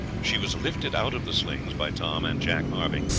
she was lifted out of the slings by tom and jack harvey,